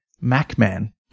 Mac-Man